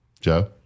Joe